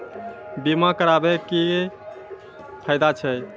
बीमा कराबै के की फायदा छै?